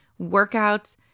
workouts